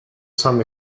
some